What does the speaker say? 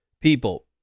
people